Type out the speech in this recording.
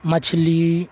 مچھلی